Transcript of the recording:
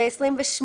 העונשין;".